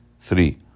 Three